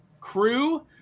crew